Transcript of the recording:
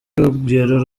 rugero